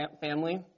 family